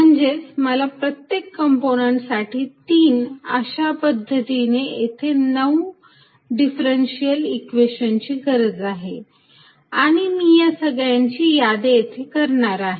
म्हणजेच मला प्रत्येक कंपोनंन्टसाठी 3 अशा पद्धतीने येथे 9 डिफरंशियल इक्वेशन ची गरज आहे आणि मी या सगळ्यांची यादी येथे करणार आहे